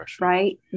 right